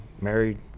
married